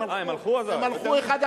הם הלכו.